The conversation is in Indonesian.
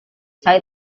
saya